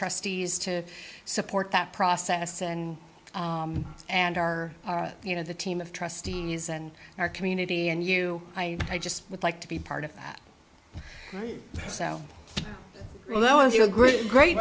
trustees to support that process and and are you know the team of trustees and our community and you i i just would like to be part of that so that was your great great